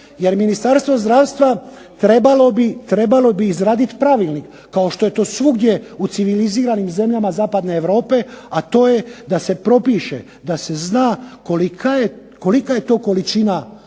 Ministarstvo zdravstva trebalo bi izraditi pravilnik kao što je to svugdje u civiliziranim zemljama zapadne Europe, a to je da propiše da se zna kolika je to količina